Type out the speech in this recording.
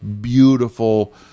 beautiful